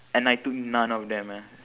and I took none of them eh